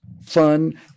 fun